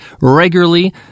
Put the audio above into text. regularly